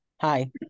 Hi